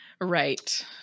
Right